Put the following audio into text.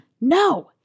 No